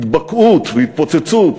התבקעות והתפוצצות,